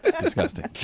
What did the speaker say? Disgusting